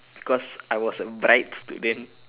because I was a bright student